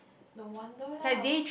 no wonder lah